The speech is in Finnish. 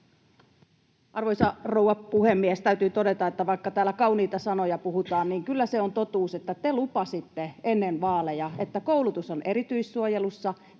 Arvoisa rouva puhemies! Täytyy todeta, että vaikka täällä kauniita sanoja puhutaan, niin kyllä se on totuus, että te lupasitte ennen vaaleja, että koulutus on erityissuojelussa,